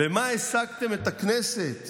במה העסקתם את הכנסת